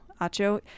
Acho